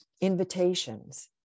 invitations